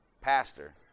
Pastor